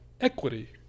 Equity